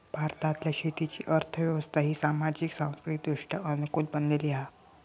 भारतातल्या शेतीची अर्थ व्यवस्था ही सामाजिक, सांस्कृतिकदृष्ट्या अनुकूल बनलेली हा